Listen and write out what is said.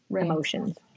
emotions